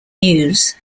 news